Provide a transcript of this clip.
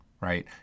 right